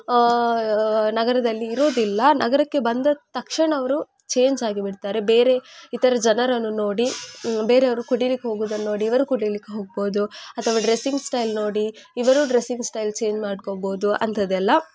ನಗರದಲ್ಲಿ ಇರೋದಿಲ್ಲ ನಗರಕ್ಕೆ ಬಂದ ತಕ್ಷಣ ಅವರು ಚೇಂಜ್ ಆಗಿ ಬಿಡ್ತಾರೆ ಬೇರೆ ಇತರ ಜನರನ್ನು ನೋಡಿ ಬೇರೆಯವರು ಕುಡಿಲಿಕ್ಕೆ ಹೋಗೋದನ್ನು ನೋಡಿ ಇವರು ಕುಡಿಲಿಕ್ಕೆ ಹೋಗ್ಬೋದು ಅಥವ ಡ್ರೆಸ್ಸಿಂಗ್ ಸ್ಟೈಲ್ ನೋಡಿ ಇವರು ಡ್ರೆಸ್ಸಿಂಗ್ ಸ್ಟೈಲ್ ಚೇಂಜ್ ಮಾಡ್ಕೊಬೋದು ಅಂಥದ್ದೆಲ್ಲ